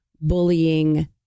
bullying